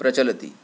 प्रचलति